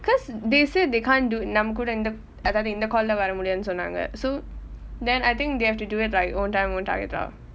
because they said they can't do நம்ம கூட இந்த அதானே இந்த:namma kuda intha athane intha call இல்லே வர முடியாதுன்னு சொன்னாங்க:illae vara mudiyaathunnu sonnanga so then I think they have to do it like own time own target ah